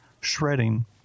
shredding